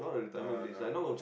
uh no